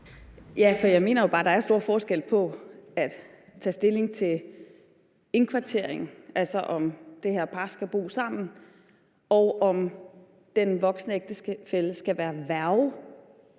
Ja, for jeg mener jo bare, at der er stor forskel på at tage stilling til indkvartering, altså om det her par skal bo sammen, og om den voksne ægtefælle skal være værge